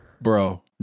bro